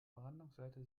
brandungsseite